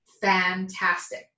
fantastic